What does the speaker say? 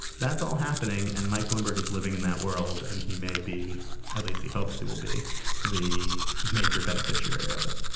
that's all happening. and mike bloomberg is living that world. and he may be at least he hopes he will be the major beneficiary of it